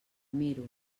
miro